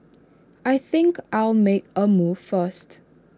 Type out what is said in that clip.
I think I'll make A move first